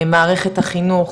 מערכת החינוך